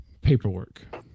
paperwork